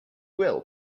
will